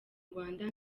rwanda